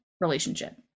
relationship